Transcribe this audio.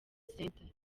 centre